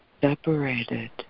separated